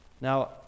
Now